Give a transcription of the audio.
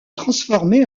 transformé